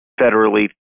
federally